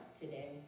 today